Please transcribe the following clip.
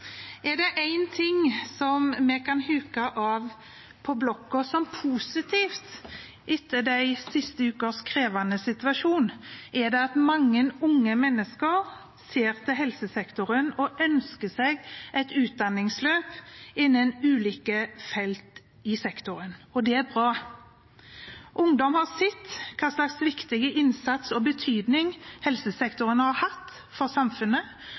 Er det én ting vi kan huke av på blokka som positivt etter de siste ukenes krevende situasjon, er det at mange unge mennesker ser på helsesektoren og ønsker seg et utdanningsløp innen ulike felt i sektoren, og det er bra. Ungdom har innsett hvilken viktig innsats og betydning helsesektoren har hatt for samfunnet,